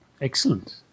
Excellent